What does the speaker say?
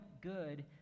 good